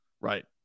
Right